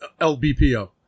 lbpo